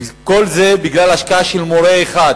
וכל זה בגלל השקעה של מורה אחד,